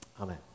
Amen